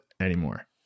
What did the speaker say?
anymore